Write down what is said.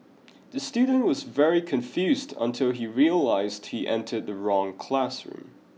the student was very confused until he realized he entered the wrong classroom